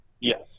Yes